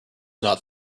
not